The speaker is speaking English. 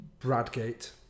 Bradgate